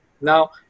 Now